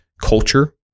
culture